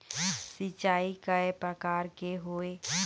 सिचाई कय प्रकार के होये?